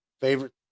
Favorite